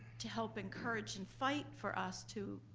to help encourage and fight for us to,